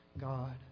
God